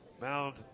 Mound